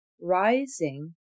rising